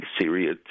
Syria